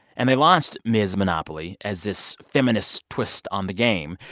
and they launched ms. monopoly as this feminist twist on the game.